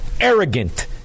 arrogant